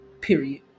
period